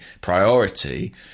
priority